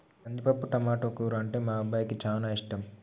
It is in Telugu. కందిపప్పు టమాటో కూర అంటే మా అబ్బాయికి చానా ఇష్టం